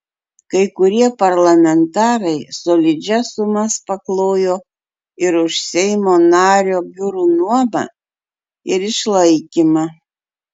kai kurie parlamentarai solidžias sumas paklojo ir už seimo nario biurų nuomą ir išlaikymą